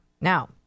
Now